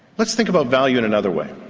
let's think about value in another way.